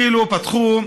כי האקדח על